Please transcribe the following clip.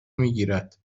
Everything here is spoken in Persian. میگیرد